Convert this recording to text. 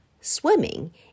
swimming